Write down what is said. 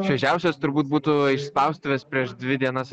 šviežiausios turbūt būtų iš spaustuvės prieš dvi dienas